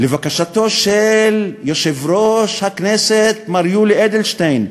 לבקשתו של יושב-ראש הכנסת מר יולי אדלשטיין,